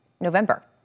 November